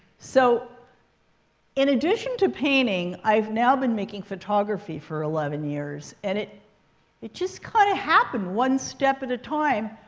so in in addition to painting, i've now been making photography for eleven years. and it it just kind of happened one step at a time,